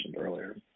earlier